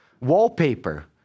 wallpaper